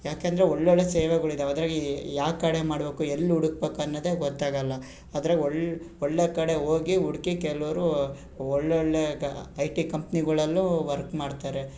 ಯಾಕೆಂದರೆ ಒಳ್ಳೊಳ್ಳೆಯ ಸೇವೆಗಳಿದ್ದಾವೆ ಅದರಾಗೆ ಯಾವ್ಕಡೆ ಮಾಡ್ಬೇಕು ಎಲ್ಲಿ ಹುಡುಕ್ಬೇಕು ಅನ್ನೋದೇ ಗೊತ್ತಾಗಲ್ಲ ಅದ್ರಾಗೆ ಒಳ್ಳೆ ಒಳ್ಳೆಯ ಕಡೆ ಹೋಗಿ ಹುಡುಕಿ ಕೆಲವ್ರು ಒಳ್ಳೊಳ್ಳೆಯ ಕ ಐ ಟಿ ಕಂಪ್ನಿಗಳಲ್ಲೂ ವರ್ಕ್ ಮಾಡ್ತಾರೆ